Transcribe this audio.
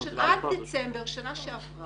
השכר, עד דצמבר אשתקד